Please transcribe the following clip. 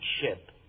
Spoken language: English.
ship